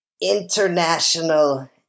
International